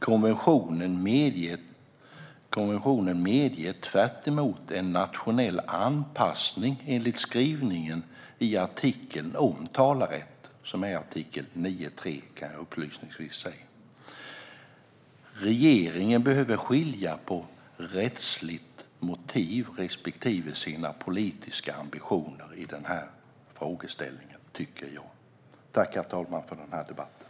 Konventionen medger tvärtom en nationell anpassning enligt skrivningen i artikeln om talerätt - det är artikel 9.3, kan jag upplysningsvis säga. Regeringen behöver skilja på rättsligt motiv respektive sina politiska ambitioner i den här frågan, tycker jag. Tack för den här debatten!